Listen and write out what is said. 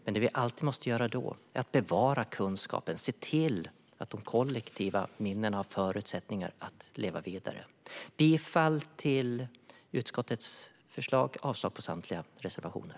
Men det vi alltid måste göra då är att bevara kunskapen och se till att de kollektiva minnena har förutsättningar att leva vidare. Jag yrkar bifall till utskottets förslag och avslag på samtliga reservationer.